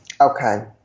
Okay